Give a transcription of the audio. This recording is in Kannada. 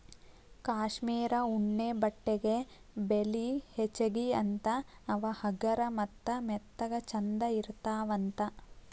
ಕಾಶ್ಮೇರ ಉಣ್ಣೆ ಬಟ್ಟೆಗೆ ಬೆಲಿ ಹೆಚಗಿ ಅಂತಾ ಅವ ಹಗರ ಮತ್ತ ಮೆತ್ತಗ ಚಂದ ಇರತಾವಂತ